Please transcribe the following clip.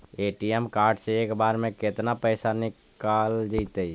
ATM card से एक बार में केतना पैसा निकल जइतै?